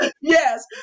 Yes